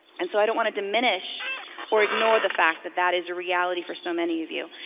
and so i don't wanna diminish or ignore the fact that that is a reality for so many of you.